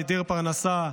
היעדר פרנסה,